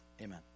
amen